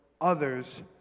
others